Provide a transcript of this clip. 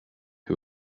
who